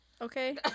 Okay